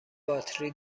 باتری